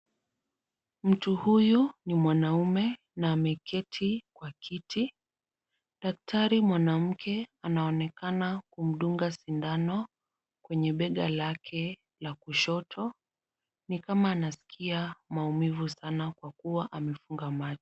Mtu huyu ni mwanaume na ameketi kwa kiti, daktari mwanamke anaonekana kumdunga sindano kwenye bega lake la kushoto ni kama anasikia maumivu sana kwa kuwa amefunga macho.